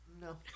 No